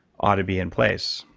ought to be in place.